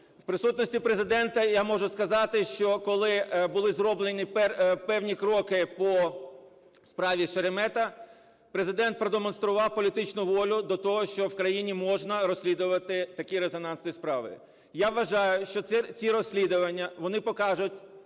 В присутності Президента я можу сказати, що коли були зроблені певні кроки по справі Шеремета, Президент продемонстрував політичну волю до того, що в країні можна розслідувати такі резонансні справи. Я вважаю, що ці розслідування, вони покажуть